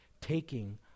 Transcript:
taking